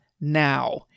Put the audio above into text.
now